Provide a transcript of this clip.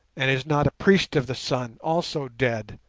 and is not a priest of the sun also dead,